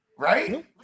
right